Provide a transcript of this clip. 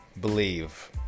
believe